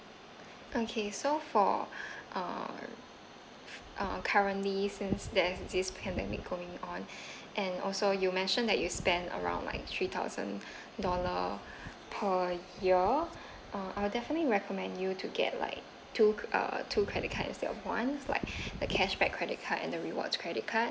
okay so for err uh currently since there's this pandemic going on and also you mentioned that you spend around like three thousand dollar per year uh I'll definitely recommend you to get like two uh two credit cards instead of one like the cashback credit card and the rewards credit card